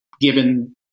given